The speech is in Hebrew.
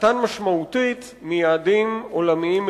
קטן משמעותית מיעדים עולמיים מקובלים.